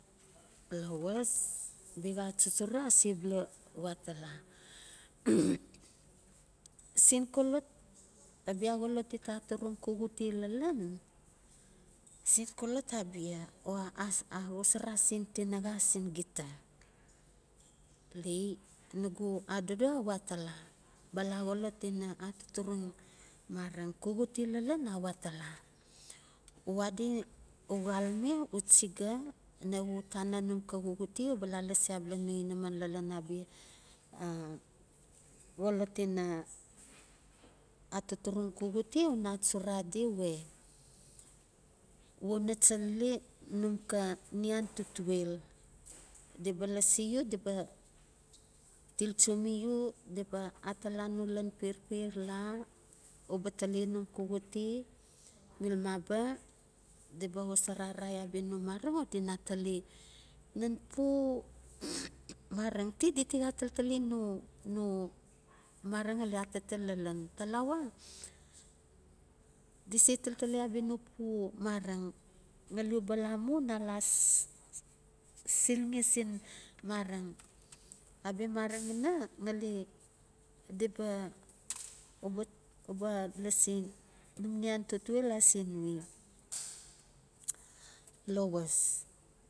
Lowas bia xa achuchura a sebula we atala sexolot o bia xolot di ta aturung xuxute lalan, sen xolot abia o a xosora sen tinaxa si gita, lei nugu adodo a we atala, ba xolot ina atuturung marang, xuxute lalan a we atala. U adi, o xalme u chiga nawe u tana numka xuxute uba la lasi abala no ninaman lalan abia a xolot ina atuturung xuxute una achura ri we u we una chalili num ka nian tutuel. Di ba lasi u di ba til cho mi u di ba atala no lan perper la uba tali num xuxute mil maba fi ba xosora arai no mareng no mareng o dina tali nan pu mareng, ti diti xa taltali no no mareng ngali atalel lalan, talawa di se taltali abia no pu mareng ngali uba la mu una la s-silxi sin marang abia marang ina ngali diba uba uba lasi num nian tutuel ase we, lowas.